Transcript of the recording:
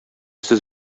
сез